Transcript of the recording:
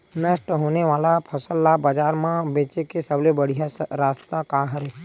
नष्ट होने वाला फसल ला बाजार मा बेचे के सबले बढ़िया रास्ता का हरे?